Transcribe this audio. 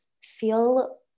feel